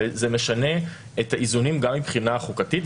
וזה משנה את האיזונים גם מבחינה חוקתית,